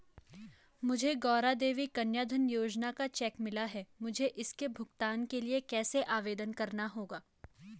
मुझे गौरा देवी कन्या धन योजना का चेक मिला है मुझे इसके भुगतान के लिए कैसे आवेदन करना होगा?